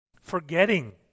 Forgetting